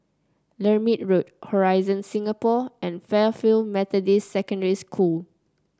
Lermit Road Horizon Singapore and Fairfield Methodist Secondary School